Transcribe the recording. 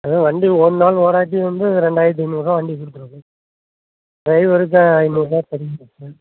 அதுதான் வண்டி ஓடுனாலும் ஓடாட்டியும் வந்து ரெண்டாயிரத்தி ஐநூறுபா வண்டிக்குத் கொடுத்தரணும் சார் ட்ரைவருக்கு ஐநூறுபா படிங்க சார்